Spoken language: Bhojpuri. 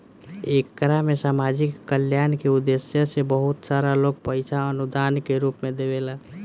एकरा में सामाजिक कल्याण के उद्देश्य से बहुत सारा लोग पईसा अनुदान के रूप में देवेला